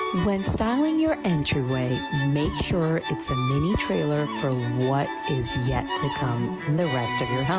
when styling your entry way, make sure it's a mini trailer for what is yet to come in the rest of your house.